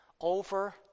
Over